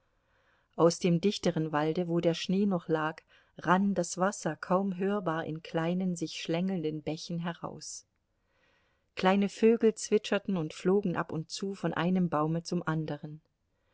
aus dem dichteren walde wo der schnee noch lag rann das wasser kaum hörbar in kleinen sich schlängelnden bächen heraus kleine vögel zwitscherten und flogen ab und zu von einem baume zum anderen